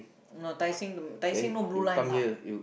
no Tai-Seng the Tai-Seng no blue line lah